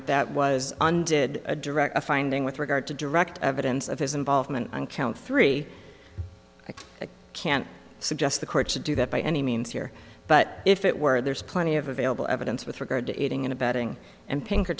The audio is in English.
that that was undid a direct a finding with regard to direct evidence of his involvement in count three i can't suggest the court to do that by any means here but if it were there's plenty of available evidence with regard to aiding and abetting and